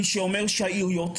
מי שאומר שהעיריות,